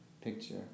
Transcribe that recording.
picture